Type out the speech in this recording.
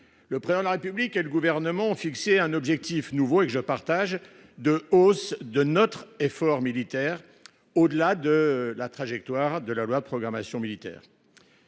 Le Président de la République et le Gouvernement ont fixé un objectif nouveau, auquel je souscris, de hausse de notre effort militaire au delà de la trajectoire de la loi de programmation militaire.